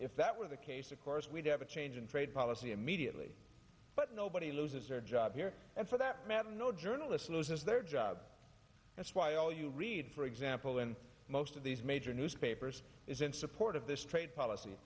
if that were the case of course we'd have a change in trade policy immediately but nobody loses their job here and for that matter no journalist loses their job that's why all you read for example in most of these major newspapers is in support of this trade policy